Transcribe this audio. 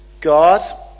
God